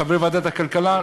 חברי ועדת הכלכלה,